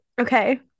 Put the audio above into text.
Okay